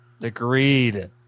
Agreed